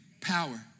power